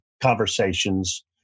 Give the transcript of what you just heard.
conversations